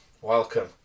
welcome